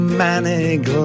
manic